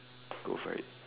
go for it